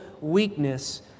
weakness